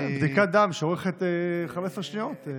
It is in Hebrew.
כן, בדיקת דם שאורכת 15 שניות.